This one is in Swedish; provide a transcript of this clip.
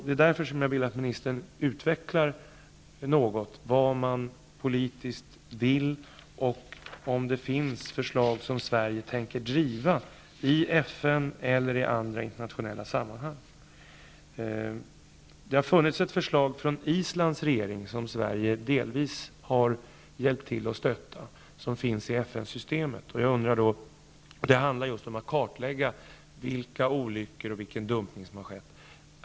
Det är därför som jag vill att miljöministern utvecklar något vad regeringen politiskt vill och om det finns förslag som Sverige tänker driva i FN eller i andra internationella sammanhang. Det har från Islands regering funnits ett förslag, som Sverige delvis har hjälpt till att stötta, och som finns i FN-systemet. Det handlar om att man skall kartlägga vilka olyckor och vilken dumpning som har skett.